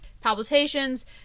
palpitations